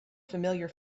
familiar